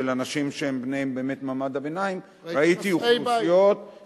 של אנשים שהם בני באמת מעמד הביניים ראית חסרי בית.